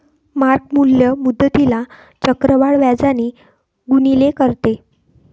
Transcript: mark मूल्य मुद्दलीला चक्रवाढ व्याजाने गुणिले करते